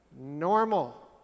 Normal